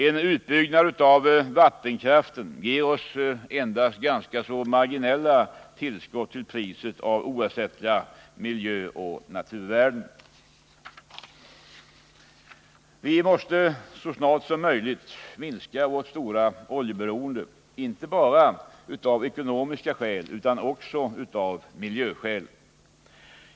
En utbyggnad av vattenkraften ger oss endast ganska marginella tillskott, till priset av oersättliga naturoch miljövärden. Vi måste så snart som möjligt minska vårt stora oljeberoende, inte bara av ekonomiska skäl utan också av m skäl.